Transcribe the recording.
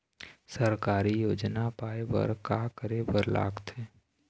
सरकारी योजना पाए बर का करे बर लागथे?